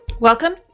Welcome